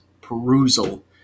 perusal